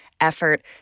effort